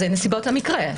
זה נסיבות המקרה.